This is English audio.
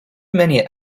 many